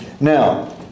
Now